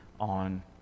on